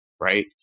Right